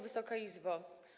Wysoka Izbo!